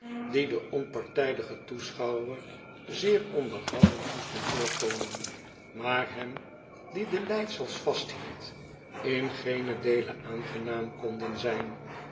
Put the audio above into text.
den onpartijdigen toeschouwer zeer onderhoudend moesten voorkomen maar hem die de leidsels vasthield in geenen deele aangenaam konden zijn